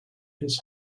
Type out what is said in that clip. his